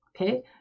Okay